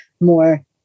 more